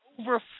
over